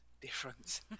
difference